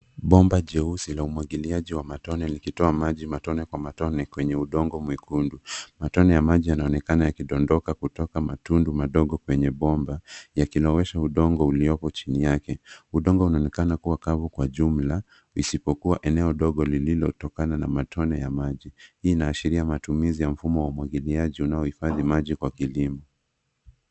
Bomba jeusi la umwagiliaji wa matone likitoa maji matone kwa matone kwenye udongo mwekundu. Matone ya maji yanaonekana yakidondoka kutoka matundu madogo kwenye bomba yakilowesha udongo ulioko chini yake. Udongo unaonekana kuwa kavu kwa jumla isipokuwa eneo dogo lililotokana na matone ya maji. Hii inaashiria matumizi ya mfumo wa umwagiliaji unaohifadhi maji kwa kilimo.